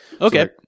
Okay